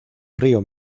río